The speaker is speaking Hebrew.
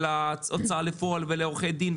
להוצאה לפועל ולעורכי דין,